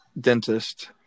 dentist